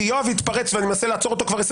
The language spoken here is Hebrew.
כי יואב התפרץ ואני מנסה לעצור אותו כבר 20